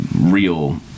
real